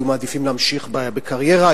להמשיך בקריירה,